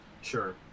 Sure